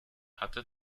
hatte